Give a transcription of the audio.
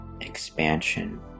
expansion